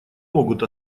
могут